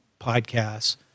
podcasts